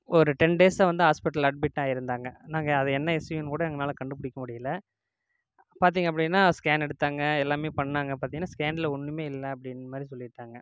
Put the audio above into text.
ஒரு டென் டேஸ்ஸாக வந்து ஹாஸ்பிட்டல்ல அட்மிட் ஆயிருந்தாங்க நாங்கள் அது என்ன இஷ்யூன்னு கூட எங்களால கண்டுபிடிக்க முடியல பார்த்தீங்க அப்படின்னா ஸ்கேன் எடுத்தாங்கள் எல்லாமே பண்ணாங்கள் பார்த்தீங்கன்னா ஸ்கேன்ல ஒன்றுமே இல்லை அப்படின்னு மாதிரி சொல்லிட்டாங்கள்